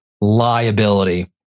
liability